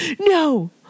no